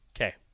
Okay